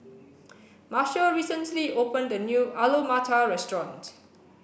Marshal recently opened a new Alu Matar restaurant